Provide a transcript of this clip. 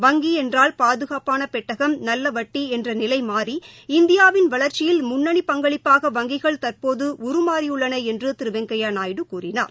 வங்கிஎன்றால் பாதுகாப்பானபெட்டகம் நல்லவட்டிஎன்றநிலைமாறி இந்தியாவின் வளர்ச்சியில் முன்னணி பங்களிப்பாக வங்கிகள் தற்போதுஉருமாறியுள்ளனஎன்றுதிருவெங்கையாநாயுடு கூறினார்